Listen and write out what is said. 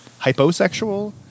hyposexual